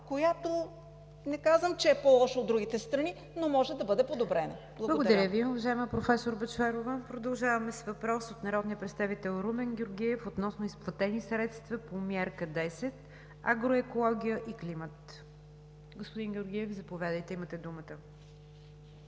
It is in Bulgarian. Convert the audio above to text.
която не казвам, че е по-лоша от другите страни, но може да бъде подобрена. Благодаря. ПРЕДСЕДАТЕЛ НИГЯР ДЖАФЕР: Благодаря Ви, уважаема професор Бъчварова. Продължаваме с въпрос от народния представител Румен Георгиев относно изплатени средства по Мярка 10 „Агроекология и климат“. Господин Георгиев, заповядайте – имате думата.